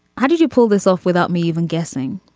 how did you pull this off without me even guessing.